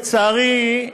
לצערי,